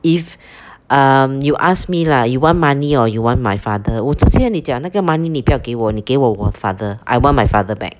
if um you ask me lah you want money or you want my father 我直接跟你讲那个 money 你不要给我你给我我 father I want my father back